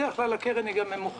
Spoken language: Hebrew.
בדרך כלל הקרן גם ממוחזרת,